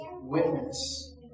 witness